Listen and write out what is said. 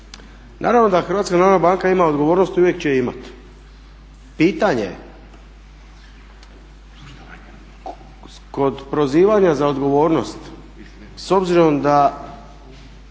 naravno da HNB ima odgovornost i uvijek će je imati. Pitanje kod prozivanja za odgovornost s obzirom da